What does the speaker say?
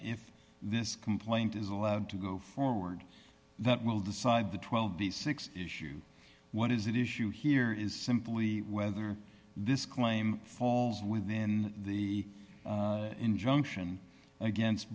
if this complaint is allowed to go forward that will decide the twelve the six issue what is it issue here is simply whether this claim falls within the injunction against